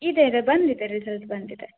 ಇದೆ ಇದೆ ಬಂದಿದೆ ರಿಸಲ್ಟ್ ಬಂದಿದೆ